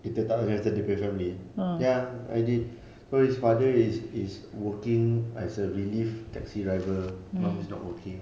kita tak tanya pasal dia punya family ya I did so his father is is working as a relief taxi driver mum is not working